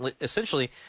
essentially